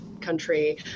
country